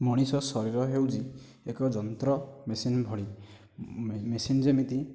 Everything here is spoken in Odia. ମଣିଷ ଶରୀର ହେଉଛି ଏକ ଯନ୍ତ୍ର ମେସିନ ଭଳି ମେସିନ ଯେମିତି